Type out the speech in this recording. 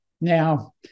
Now